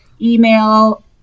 email